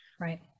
Right